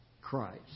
Christ